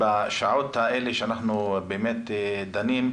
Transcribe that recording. בשעות האלה שאנחנו דנים,